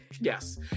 Yes